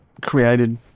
created